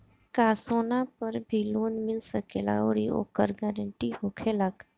का सोना पर भी लोन मिल सकेला आउरी ओकर गारेंटी होखेला का?